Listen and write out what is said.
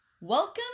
welcome